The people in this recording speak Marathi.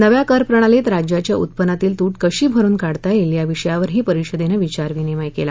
नव्या कर प्रणालीत राज्याच्या उत्पन्नातील तूट कशी भरुन काढता येईल या विषयावरही परिषदेनं विचार विनिमय केला